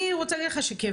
אני רוצה להגיד לך שכוועדה,